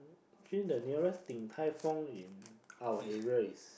actually the nearest Din-Tai-Fung in our area is